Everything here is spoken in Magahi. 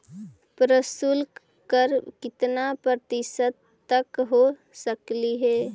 प्रशुल्क कर कितना प्रतिशत तक हो सकलई हे?